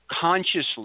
consciously